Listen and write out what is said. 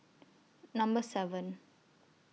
Number seven